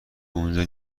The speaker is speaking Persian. اونجا